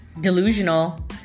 delusional